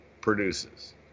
produces